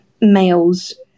males